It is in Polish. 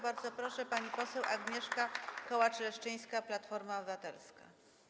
Bardzo proszę, pani poseł Agnieszka Kołacz-Leszczyńska, Platforma Obywatelska.